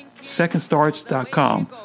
SecondStarts.com